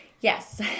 Yes